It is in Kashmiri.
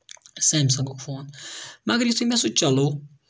سیمسنگُک فون مَگر یِتھُے مےٚ سُہ چَلوو